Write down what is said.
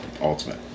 ultimate